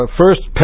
first